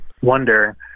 wonder